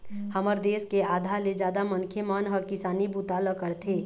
हमर देश के आधा ले जादा मनखे मन ह किसानी बूता ल करथे